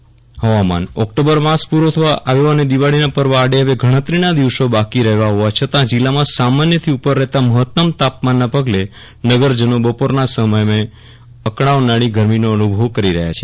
વિરલ રાણા હ્વા માન ઓક્ટોબર માસ પૂરો થવા આવ્યો અને દિવાળીના પર્વ આડે હવે ગણતરીના દિવસો બાકી રહ્યા હોવા છતાં જીલ્લામાં સામાન્યથી ઉપર રહેતા માતાત્તમ તાપમાનના પગલે નગરજનો બપોરના સમયે અકળાવનારી ગરમીનો અનુભવ કરી રહ્યા છે